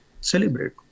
celebrate